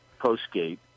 Postgate